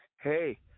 hey